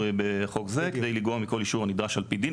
בחוק זה כדי לגרום לכל אישור הנגרם על פי דין.